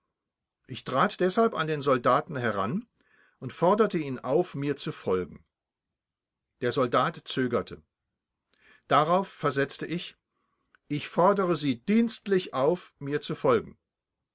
ich trat deshalb an den soldaten heran und forderte ihn auf mir zu folgen der soldat zögerte darauf versetzte ich ich fordere sie dienstlich auf mir zu folgen